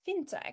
fintech